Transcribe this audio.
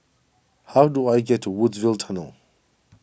how do I get to Woodsville Tunnel